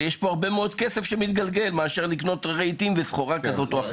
ויש פה הרבה מאוד כסף שמתגלגל מאשר לקנות רהיטים או סחורה כזאת או אחרת.